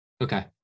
okay